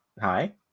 hi